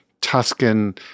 Tuscan